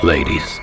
Ladies